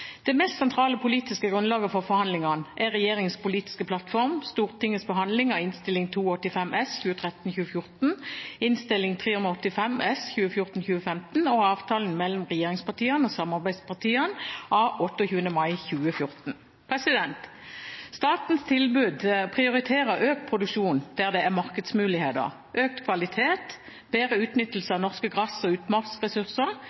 Det mest sentrale politiske grunnlaget for forhandlingene er regjeringens politiske plattform, Stortingets behandling av Innst. 285 S for 2013–2014, Innst. 385 S for 2014–2015 og avtalen mellom regjeringspartiene og samarbeidspartiene av 28. mai 2014. Statens tilbud prioriterer økt produksjon der det er markedsmuligheter, økt kvalitet, bedre utnyttelse